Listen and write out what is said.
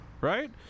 Right